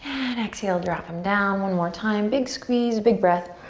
exhale, drop em down. one more time, big squeeze, big breath.